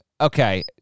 okay